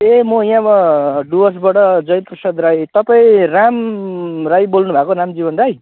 ए म यहाँ डुवर्सबाट जय प्रसाद राई तपाईँ राम राई बोल्नुभएको रामजीवन राई